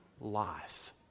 life